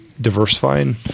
diversifying